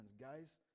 guys